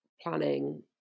planning